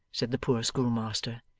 said the poor schoolmaster.